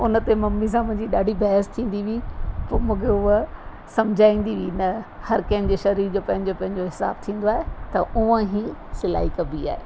उन ते मम्मी सां मुंहिंजी ॾाढी बहस थींदी हुई पोइ मूंखे हूअ सम्झाईंदी हुई न हर कंहिंजे शरीर जो पंहिंजो पंहिंजो हिसाबु थींदो आहे त हुंअ ई सिलाई कबी आहे